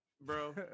Bro